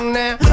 now